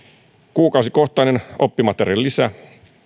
kuukausikohtainen oppimateriaalilisä